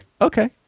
Okay